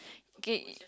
okay